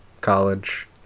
college